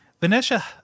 Vanessa